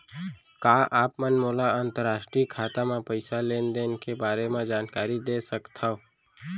का आप मन मोला अंतरराष्ट्रीय खाता म पइसा लेन देन के बारे म जानकारी दे सकथव?